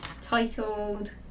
titled